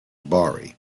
bari